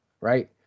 right